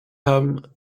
haben